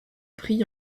prix